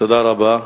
תודה רבה.